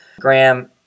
Graham